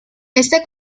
este